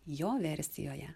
jo versijoje